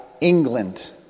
England